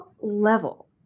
level